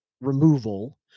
removal